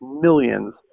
millions